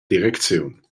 direcziun